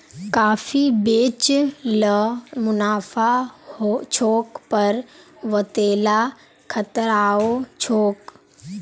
काफी बेच ल मुनाफा छोक पर वतेला खतराओ छोक